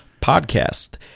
Podcast